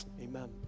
amen